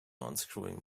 unscrewing